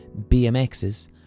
BMX's